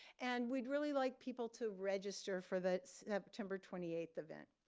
and we'd really like people to register for the september twenty eight event.